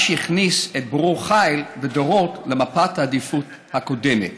מה שהכניס את ברור חיל ודורות למפת העדיפות הקודמת.